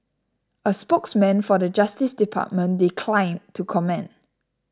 a spokesman for the Justice Department declined to comment